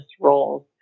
roles